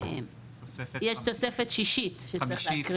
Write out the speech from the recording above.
יש תוספת שישית שצריך להקריא.